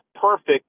perfect